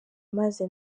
maze